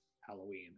Halloween